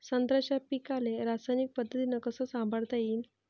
संत्र्याच्या पीकाले रासायनिक पद्धतीनं कस संभाळता येईन?